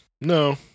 No